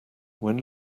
when